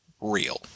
real